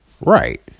Right